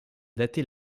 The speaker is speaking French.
dater